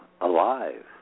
alive